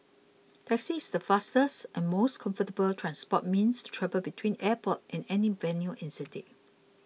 taxi is the fastest and most comfortable transport means to travel between airport and any venue in city